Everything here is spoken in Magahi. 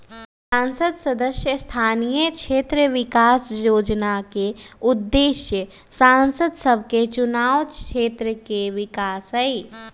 संसद सदस्य स्थानीय क्षेत्र विकास जोजना के उद्देश्य सांसद सभके चुनाव क्षेत्र के विकास हइ